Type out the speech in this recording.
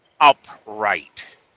Upright